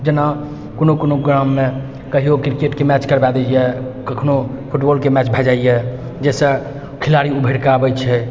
जेना कुनो कुनो ग्राममे कहियौ क्रिकेटके मैच करबै दै यऽ कखनो फुटबॉलके मैच भए जायै जाहिसँ खेलाड़ी उभरिकऽ आबै छै